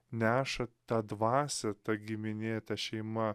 neša tą dvasią ta giminė ta šeima